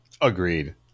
Agreed